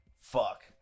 fuck